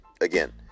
Again